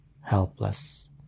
helpless